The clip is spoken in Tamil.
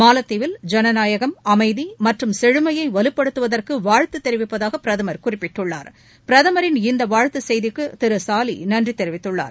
மாலத்தீவில் ஐனநாயகம் அமைதி மற்றும் செழுமையை வலுப்படுத்துவதற்கு வாழ்த்து தெரிவிப்பதாக பிரதமர் குறிப்பிட்டுள்ளார் பிரதமரின் இந்த வாழ்த்து செய்திக்கு திரு சாலிஹ் நன்றி தெரிவித்துள்ளார்